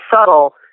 subtle